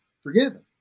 forgiven